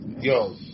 yo